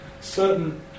certain